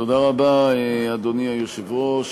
אדוני היושב-ראש,